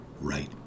right